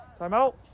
Timeout